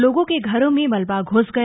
लोगों के घरों में मलबा घुस गया